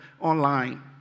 online